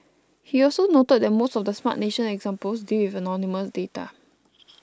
he also noted that most of the Smart Nation examples deal with anonymous data